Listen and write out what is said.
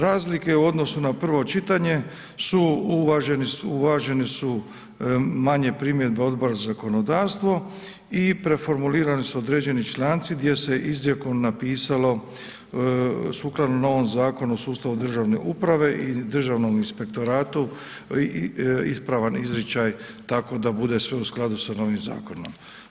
Razlike u odnosu na prvo čitanje, uvaženi su manje primjedbe Odbora za zakonodavstvo i preformulirani su određeni članci gdje se izrijekom napisalo sukladno novom Zakonu o sustavu državne uprave i Državnom inspektoratu, ispravan izričaj tako da bude sve u skladu sa novim zakonom.